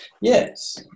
Yes